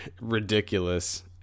ridiculous